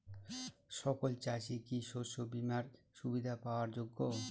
সকল চাষি কি শস্য বিমার সুবিধা পাওয়ার যোগ্য?